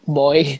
boy